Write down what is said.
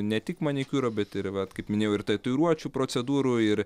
ne tik manikiūro bet ir vat kaip minėjau ir tatuiruočių procedūrų ir